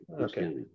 Okay